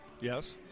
Yes